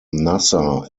nasser